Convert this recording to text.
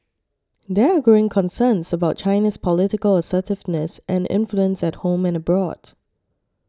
there are growing concerns about China's political assertiveness and influence at home and abroad